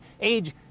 age